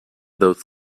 those